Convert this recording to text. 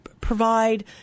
provide